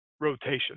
rotation